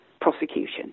prosecution